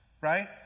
right